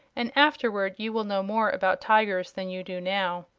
and afterward you will know more about tigers than you do now.